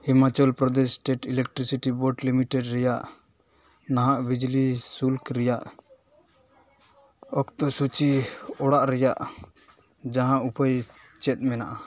Himachal Pradesh state electricity board limited ᱨᱮᱭᱟᱜ ᱱᱟᱦᱟᱜ ᱵᱤᱡᱽᱞᱤ ᱥᱩᱞᱠ ᱨᱮᱭᱟᱜ ᱚᱠᱛᱚ ᱥᱩᱪᱤ ᱚᱲᱟᱜ ᱨᱮᱭᱟᱜ ᱡᱟᱦᱟᱸ ᱩᱯᱟᱹᱭ ᱪᱮᱫ ᱢᱮᱱᱟᱜᱼᱟ